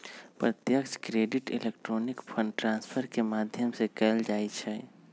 प्रत्यक्ष credit electronic fund transfer के माध्यम से कएल जाइ छइ